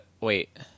Wait